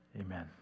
amen